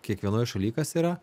kiekvienoj šaly kas yra